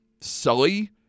Sully